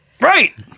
right